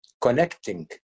connecting